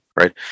right